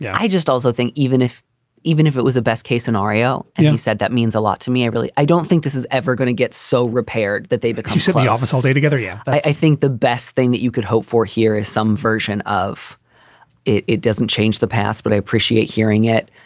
yeah i just also think even if even if it was a best case scenario and said that means a lot to me, i really i don't think this is ever gonna get so repaired that they've exclusively office all day together. yeah. but i think the best thing that you could hope for here is some version of it it doesn't change the past, but i appreciate hearing it.